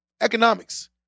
Economics